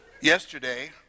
Yesterday